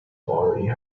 already